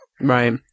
Right